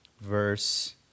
verse